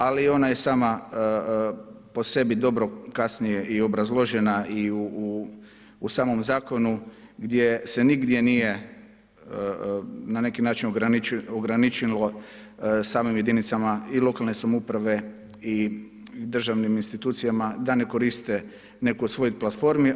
Ali ona je i sama po sebi dobro kasnije i obrazložena i u samom zakonu gdje se nigdje nije na neki način ograničilo samim jedinicama i lokalne samouprave i državnim institucijama da ne koriste neku od svojih platformi.